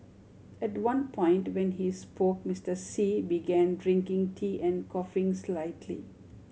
at one point when he spoke Mister Xi began drinking tea and coughing slightly